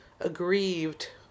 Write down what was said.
aggrieved